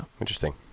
interesting